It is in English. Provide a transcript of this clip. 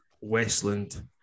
Westland